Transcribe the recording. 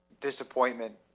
disappointment